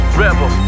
rebel